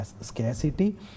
scarcity